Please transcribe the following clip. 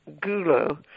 Gulo